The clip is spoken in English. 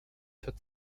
took